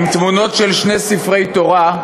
עם תמונות של שני ספרי תורה,